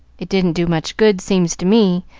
it didn't do much good, seems to me,